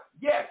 Yes